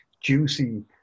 juicy